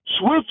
switch